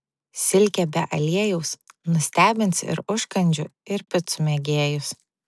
silkė be aliejaus nustebins ir užkandžių ir picų mėgėjus